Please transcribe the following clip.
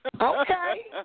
Okay